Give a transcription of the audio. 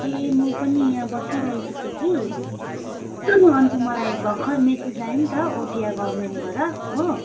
ए म पनि यहाँ बसिरहेको थिएँ कि अन्त मलाई भर्खर मेसेज आयो नि त ओडिया गभर्मेन्टबाट हो